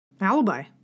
Alibi